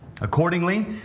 Accordingly